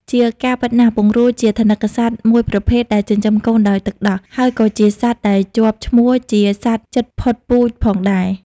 ជាការពិតណាស់ ពង្រូលជាថនិកសត្វមួយប្រភេទដែលចិញ្ចឹមកូនដោយទឹកដោះ ហើយក៏ជាសត្វដែលជាប់ឈ្មោះជាសត្វជិតផុតពូជផងដែរ។